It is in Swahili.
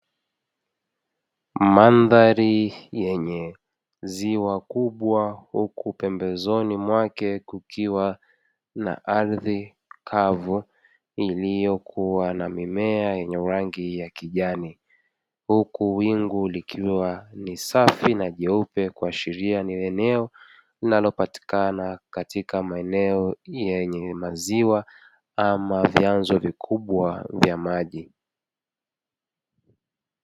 Mandhari yenye ziwa kubwa, huku pembezoni mwake kukiwa na ardhi kavu iliyokuwa na mimea yenye rangi ya kijani. Huku wingu likiwa ni safi na jeupe kuashiria ni eneo linalopatikana katika maeneo yenye maziwa ama vyanzo vikubwa vya maji.